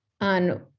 on